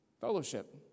Fellowship